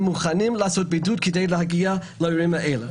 מוכנים לעשות בידוד כדי להגיע לאירועים האלה.